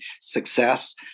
success